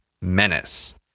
menace